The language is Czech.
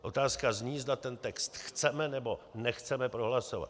Otázka zní, zda ten text chceme, nebo nechceme prohlasovat.